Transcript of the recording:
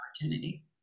opportunity